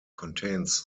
contains